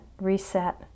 reset